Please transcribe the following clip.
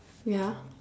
ya